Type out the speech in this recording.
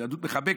יהדות מחבקת,